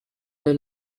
the